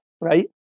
right